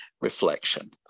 reflection